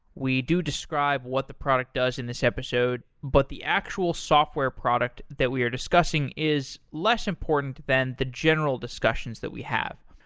we do describe what the product does in this episode, but the actual software product that we are discussing is less important than the general discussions that we have.